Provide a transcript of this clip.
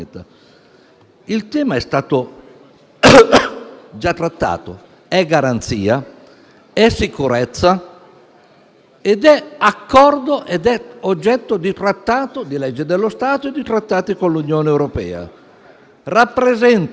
Il tema è stato già trattato: è garanzia, è sicurezza, è accordo ed è oggetto di leggi dello Stato e di trattati con l'Unione europea.